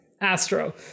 Astro